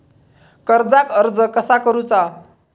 कर्जाक अर्ज कसा करुचा?